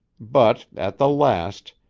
but, at the last,